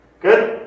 Good